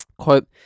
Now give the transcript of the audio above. Quote